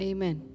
Amen